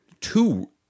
two